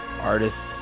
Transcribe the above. Artists